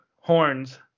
horns